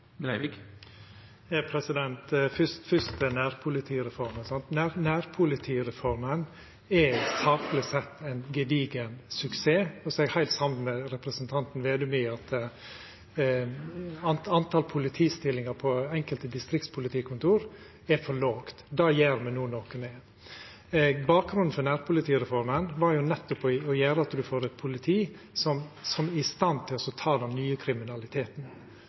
Fyrst til nærpolitireforma: Nærpolitireforma er, sakleg sett, ein gedigen suksess, men eg er heilt samd med representanten Slagsvold Vedum i at talet på politistillingar på enkelte distriktspolitikontor er for lågt. Det gjer me no noko med. Bakgrunnen for nærpolitireforma var jo nettopp å gjera det slik at ein får eit politi som er i stand til å ta fatt i den nye kriminaliteten,